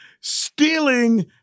stealing